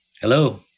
Hello